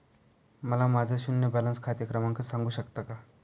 मला माझे शून्य बॅलन्स खाते क्रमांक सांगू शकता का?